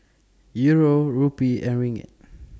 Euro Rupee and Ringgit